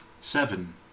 Seven